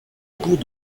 cours